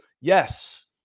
Yes